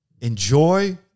Enjoy